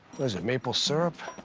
what is it, maple syrup?